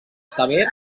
sever